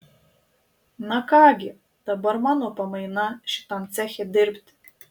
na ką gi dabar mano pamaina šitam ceche dirbti